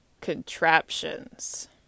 contraptions